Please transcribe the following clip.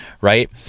right